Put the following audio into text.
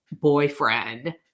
boyfriend